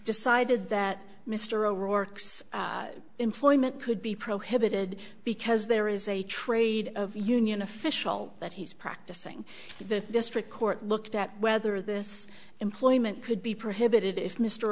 decided that mr o'rourke's employment could be prohibited because there is a trade union official that he's practicing the district court looked at whether this employment could be prohibited if mr